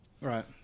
Right